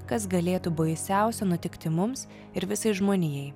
kas galėtų baisiausia nutikti mums ir visai žmonijai